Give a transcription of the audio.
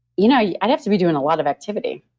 you know yeah i have to be doing a lot of activity.